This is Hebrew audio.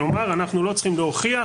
כלומר אנחנו לא צריכים להוכיח